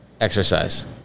exercise